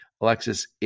Alexis